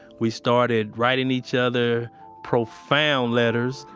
we started writing each other profound letters,